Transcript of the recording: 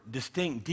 distinct